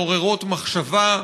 מעוררות מחשבה.